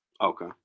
Okay